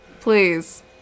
please